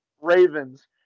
Ravens